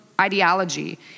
ideology